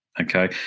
Okay